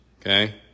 Okay